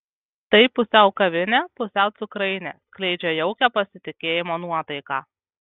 tai pusiau kavinė pusiau cukrainė skleidžia jaukią pasitikėjimo nuotaiką